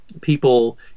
people